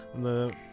the-